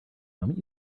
moment